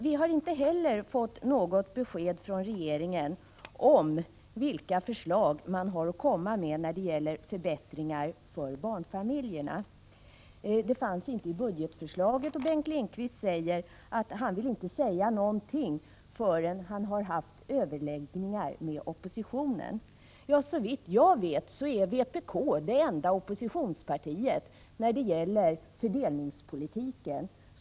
Vi har inte heller fått något besked från regeringen om vilka förslag den har att komma med till förbättringar för barnfamiljerna. Det fanns inte i budgetförslaget, och Bengt Lindqvist säger att han inte vill säga någonting förrän han har haft överläggningar med oppositionen. Såvitt jag vet är vpk det enda oppositionspartiet när det gäller fördelningspolitiken.